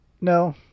no